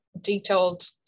detailed